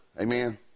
Amen